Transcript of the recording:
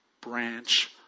branch